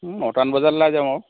নটামান বজাত ওলাই যাম আৰু